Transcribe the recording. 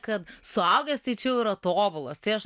kad suaugęs tai čia jau yra tobulas tai aš